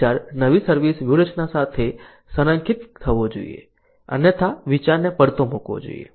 આ વિચાર નવી સર્વિસ વ્યૂહરચના સાથે સંરેખિત થવો જોઈએ અન્યથા વિચારને પડતો મૂકવો જોઈએ